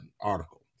article